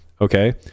okay